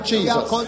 Jesus